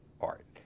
art